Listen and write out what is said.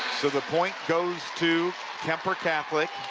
so the point goes to kuemper catholic.